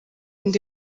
ndi